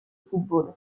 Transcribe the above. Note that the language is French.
football